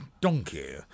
donkey